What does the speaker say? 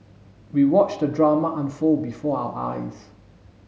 we watched the drama unfold before our eyes